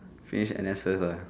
finish N_S first lah